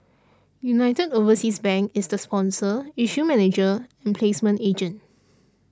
United Overseas Bank is the sponsor issue manager and placement agent